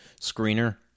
screener